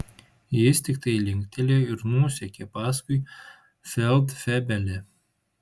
jis tiktai linktelėjo ir nusekė paskui feldfebelį